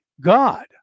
God